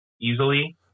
easily